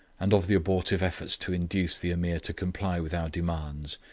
and of the abortive efforts to induce the ameer to comply with our demands,